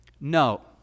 No